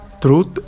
truth